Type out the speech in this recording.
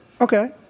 Okay